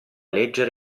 leggere